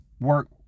work